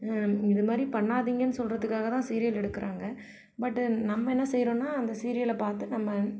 இது மாதிரி பண்ணாதீங்கன்னு சொல்கிறதுக்காக தான் சீரியல் எடுக்குகிறாங்க பட் நம்ம என்ன செய்கிறோன்னா அந்த சீரியலை பார்த்து நம்ம